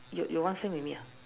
your your one same with me ah